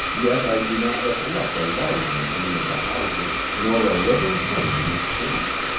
yet i do not recollect a light in any of the houses nor a living thing in the streets.